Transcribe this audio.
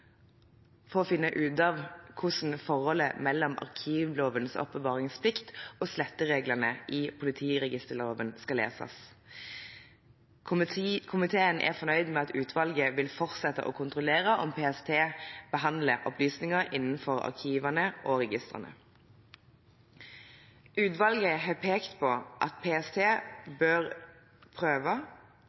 for å finne ut av hvordan forholdet mellom arkivlovens oppbevaringsplikt og slettereglene i politiregisterloven skal leses. Komiteen er fornøyd med at utvalget vil fortsette å kontrollere om PST behandler opplysninger innenfor arkivene og registrene. Utvalget har pekt på at PST bør prøve